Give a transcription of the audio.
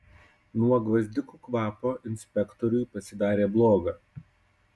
nuo gvazdikų kvapo inspektoriui pasidarė bloga